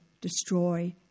destroy